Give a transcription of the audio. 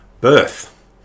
birth